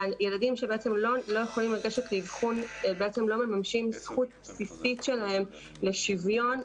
והילדים שלא יכולים לגשת לאבחון לא מממשים זכות בסיסית שלהם לשוויון,